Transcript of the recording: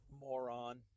moron